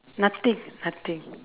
nothing nothing